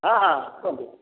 ହଁ ହଁ କୁହନ୍ତୁ